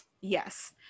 Yes